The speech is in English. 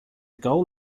goal